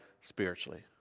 spiritually